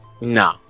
No